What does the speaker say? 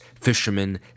fishermen